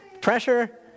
Pressure